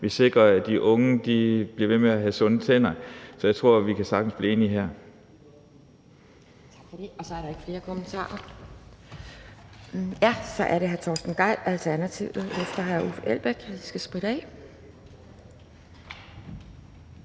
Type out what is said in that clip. vi sikrer, at de unge bliver ved med at have sunde tænder. Så jeg tror, at vi sagtens kan blive enige her.